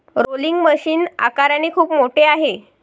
rolling machine आकाराने खूप मोठे आहे